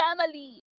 family